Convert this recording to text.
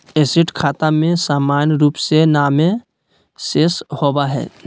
asset खाता में सामान्य रूप से नामे शेष होबय हइ